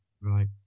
Right